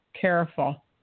careful